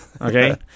Okay